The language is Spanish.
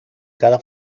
cada